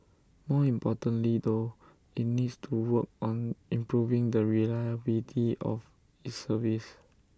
more importantly though IT needs to work on improving the reliability of its service